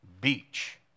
Beach